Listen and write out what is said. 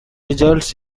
results